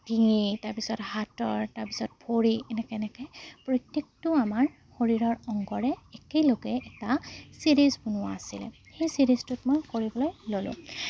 ডিঙি তাৰ পিছত হাতৰ তাৰ পিছত ভৰি এনেকৈ এনেকৈ প্ৰত্যেকটো আমাৰ শৰীৰৰ অংগৰে একেলগে এটা ছিৰিজ বনোৱা আছিলে সেই ছিৰিজটোত মই কৰিবলৈ ল'লোঁ